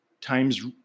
times